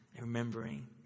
remembering